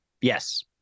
Yes